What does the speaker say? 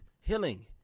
healing